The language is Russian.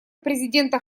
президента